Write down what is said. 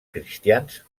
cristians